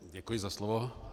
Děkuji za slovo.